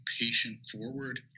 patient-forward